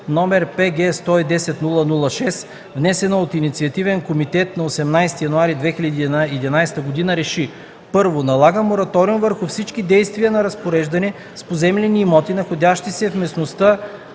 № ПГ – 110-00-6, внесена от инициативен комитет на 18 януари 2011 г. РЕШИ: 1. Налага мораториум върху всички действия на разпореждане с поземлени имоти, находящи се в местността